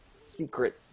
secret